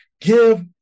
Give